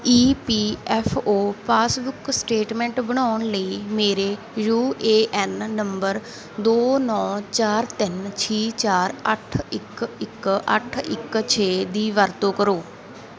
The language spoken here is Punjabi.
ਈ P F O passbook statement ਬਣਾਉਣ ਲਈ ਮੇਰੇ ਯੂ ਏ ਐਨ ਨੰਬਰ ਦੋ ਨੌਂ ਚਾਰ ਤਿੰਨ ਛੇ ਚਾਰ ਅੱਠ ਇੱਕ ਇੱਕ ਅੱਠ ਇੱਕ ਛੇ ਦੀ ਵਰਤੋਂ ਕਰੋ